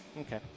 Okay